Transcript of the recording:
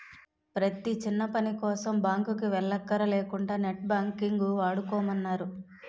ప్రతీ చిన్నపనికోసం బాంకుకి వెల్లక్కర లేకుంటా నెట్ బాంకింగ్ వాడుకోమన్నారు